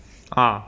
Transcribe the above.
ah